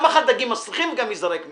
גם אכל דגים מסריחים וגם ייזרק מהעיר.